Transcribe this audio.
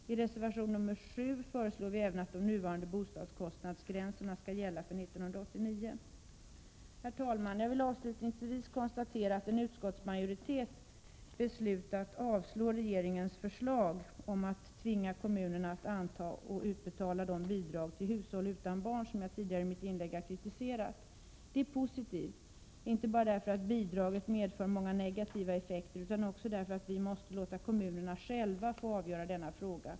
I reservation 7 föreslår vi även att de nuvarande bostadskostnadsgränserna skall gälla för 1989. Herr talman! Jag vill avslutningsvis konstatera att en utskottsmajoritet beslutat avstyrka regeringens förslag om att tvinga kommunerna att anta och utbetala de bidrag till hushåll utan barn som jag tidigare i mitt inlägg har kritiserat. Det är positivt — inte bara därför att bidraget medför många negativa effekter utan också därför att vi måste låta kommunerna själva få avgöra denna fråga.